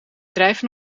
drijven